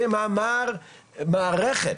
ומאמר מערכת,